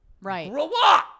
Right